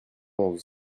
onze